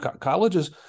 colleges